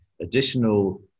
additional